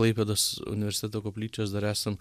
klaipėdos universiteto koplyčios dar esam